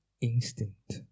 instinct